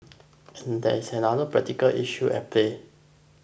and there is another practical issue at play